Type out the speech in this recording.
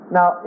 Now